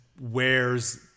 wears